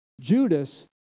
Judas